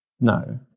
No